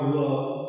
love